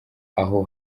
aho